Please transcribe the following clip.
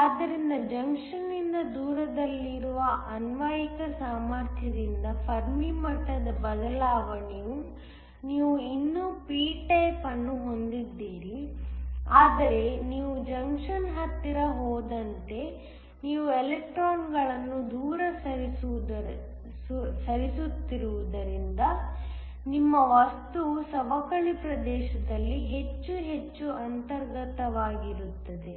ಆದ್ದರಿಂದ ಜಂಕ್ಷನ್ನಿಂದ ದೂರದಲ್ಲಿರುವ ಅನ್ವಯಿಕ ಸಾಮರ್ಥ್ಯದಿಂದ ಫರ್ಮಿ ಮಟ್ಟದ ಬದಲಾವಣೆಯು ನೀವು ಇನ್ನೂ p ಟೈಪ್ ಅನ್ನು ಹೊಂದಿದ್ದೀರಿ ಆದರೆ ನೀವು ಜಂಕ್ಷನ್ಗೆ ಹತ್ತಿರ ಹೋದಂತೆ ನೀವು ಎಲೆಕ್ಟ್ರಾನ್ಗಳನ್ನು ದೂರ ಸರಿಸುತ್ತಿರುವುದರಿಂದ ನಿಮ್ಮ ವಸ್ತುವು ಸವಕಳಿ ಪ್ರದೇಶದಲ್ಲಿ ಹೆಚ್ಚು ಹೆಚ್ಚು ಅಂತರ್ಗತವಾಗಿರುತ್ತದೆ